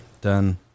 done